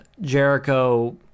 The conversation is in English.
Jericho